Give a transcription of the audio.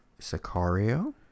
Sicario